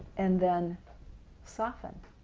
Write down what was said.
and then soften,